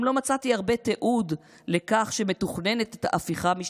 גם לא מצאתי הרבה תיעוד לכך שמתוכננת הפיכה משטרית,